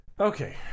Okay